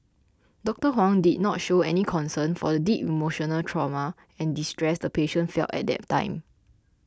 Doctor Huang did not show any concern for the deep emotional trauma and distress the patient felt at that time